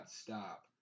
stop